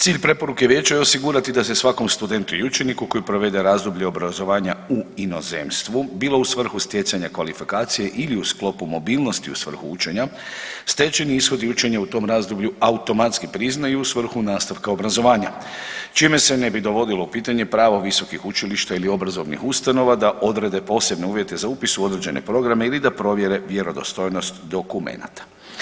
Cilj preporuke vijeća je osigurati da se svakom studentu i učeniku koji provede razdoblje obrazovanja u inozemstvu bilo u svrhu stjecanja kvalifikacije ili u sklopu mobilnosti u svrhu učenja stečeni ishodi učenja u tom razdoblju automatski priznaju u svrhu nastavka obrazovanja, čime se ne bi dovodilo u pitanje pravo visokih učilišta ili obrazovnih ustanova da odrade posebne uvjete za upis u određene programe ili da provjere vjerodostojnost dokumenata.